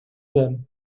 them